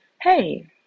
hey